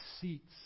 seats